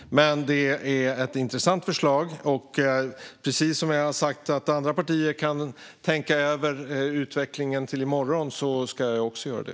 Men det är ett intressant förslag. Precis som jag har sagt att andra partier kan tänka över utvecklingen till i morgon ska jag också göra det.